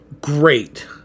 Great